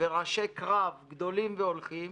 וראשי קרב גדלים והולכים,